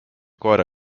koera